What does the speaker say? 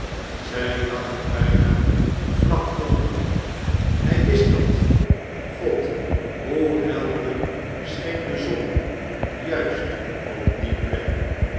zij lag er bijna vlak onder hij wist dat god hoe helder scheen de zon juist op die plek